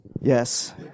Yes